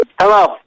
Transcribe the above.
Hello